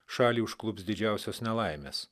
šalį užklups didžiausios nelaimės